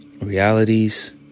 realities